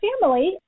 family